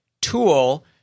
tool